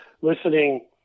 listening